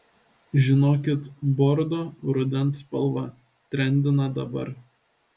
žinokit bordo rudens spalva trendina dabar